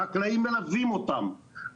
החקלאים מלווים אותם,